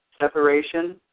separation